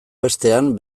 bestean